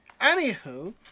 Anywho